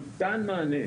ניתן מענה,